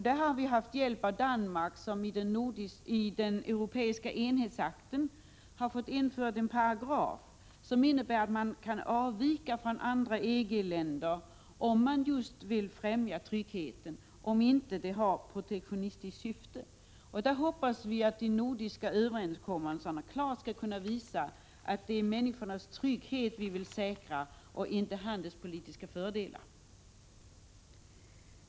Där har vi haft hjälp av Danmark, som i den europeiska enhetsakten har fått införd en paragraf som innebär att man kan avvika från andra EG-länder om man vill främja tryggheten och om man inte har ett protektionistiskt syfte. Där hoppas vi att de nordiska överenskommelserna klart skall kunna visa att det är människornas trygghet vi vill säkra, inte handelspolitiska fördelar.